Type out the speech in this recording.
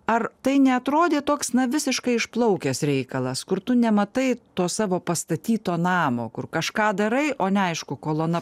ar tai neatrodė toks na visiškai išplaukęs reikalas kur tu nematai to savo pastatyto namo kur kažką darai o neaišku kolona